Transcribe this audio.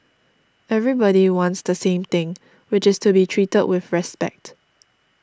everybody wants the same thing which is to be treated with respect